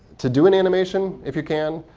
to do an animation, if you can,